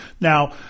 Now